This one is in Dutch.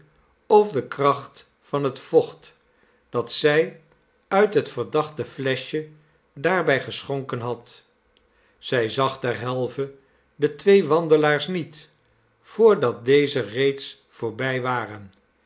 of de kracht van het vocht dat zij uit het verdachte fleschje daarbij geschonken had zij zag derhalve de twee wandeiaars niet voordat deze reeds voorbij waren